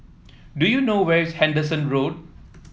do you know where is Henderson Road